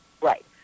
Right